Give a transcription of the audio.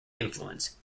influence